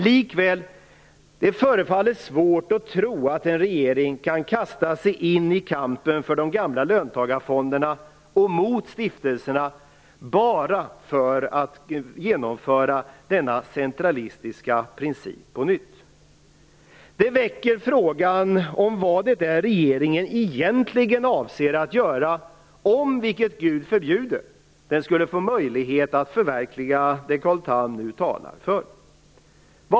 Likväl förefaller det svårt att tro att regeringen kan kasta sig in i kampen för de gamla löntagarfonderna och mot stiftelserna bara för att genomföra denna centralistiska princip på nytt. Det väcker frågan om vad det är regeringen egentligen avser att göra om, vilket gud förbjude, den skulle få möjlighet att förverkliga det Carl Tham nu talar för.